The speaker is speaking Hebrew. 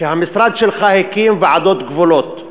שהמשרד שלך הקים, ועדות גבולות.